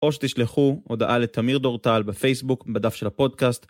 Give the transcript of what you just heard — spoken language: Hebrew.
או שתשלחו הודעה לתמיר דורטל בפייסבוק, בדף של הפודקאסט.